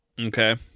Okay